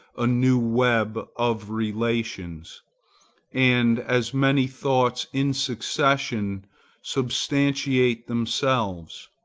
a new web of relations and, as many thoughts in succession substantiate themselves,